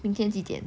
明天几点